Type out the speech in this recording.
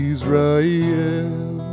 Israel